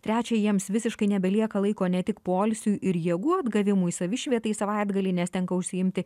trečia jiems visiškai nebelieka laiko ne tik poilsiui ir jėgų atgavimui savišvietai savaitgalį nes tenka užsiimti